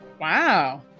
wow